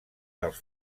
dels